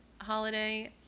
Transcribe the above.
holiday